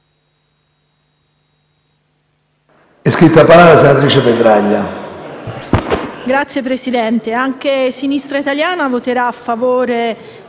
Signor Presidente, anche Sinistra Italiana voterà a favore